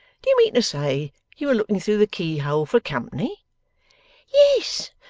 do you mean to say you were looking through the keyhole for company yes,